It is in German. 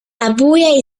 abuja